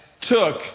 took